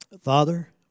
Father